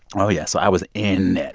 oh, yeah. so i was in it